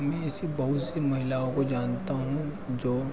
में ऐसी बहुत सी महिलाओं को जानता हूँ जो